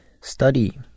study